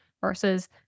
versus